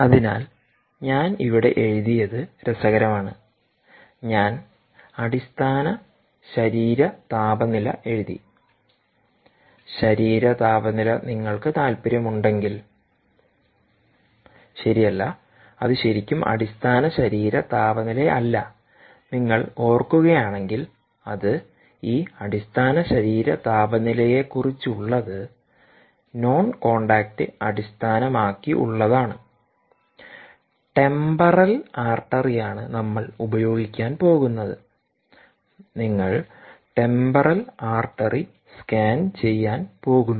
അതിനാൽ ഞാൻ ഇവിടെ എഴുതിയത് രസകരമാണ് ഞാൻ അടിസ്ഥാന ശരീര താപനില എഴുതി ശരീര താപനില നിങ്ങൾക്ക് താൽപ്പര്യമുണ്ടെങ്കിൽ ശരിയല്ല അത് ശരിക്കും അടിസ്ഥാന ശരീര താപനിലയല്ല നിങ്ങൾ ഓർക്കുകയാണെങ്കിൽ അത് ഈ അടിസ്ഥാന ശരീര താപനിലയെക്കുറിച്ചുളളത് നോൺ കോൺടാക്റ്റ്അടിസ്ഥാനമാക്കിയുള്ളത് ടെംപറൽ ആർട്ടറിയാണ് നമ്മൾ ഉപയോഗിക്കാൻ പോകുന്നത് നിങ്ങൾ ടെമ്പറൽ ആർട്ടറി സ്കാൻ ചെയ്യാൻ പോകുന്നു